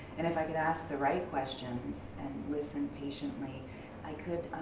and if i could ask the right questions, and listen patiently i could,